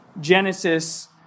Genesis